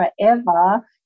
forever